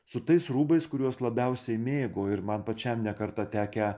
su tais rūbais kuriuos labiausiai mėgo ir man pačiam ne kartą tekę